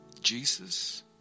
Jesus